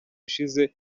ushize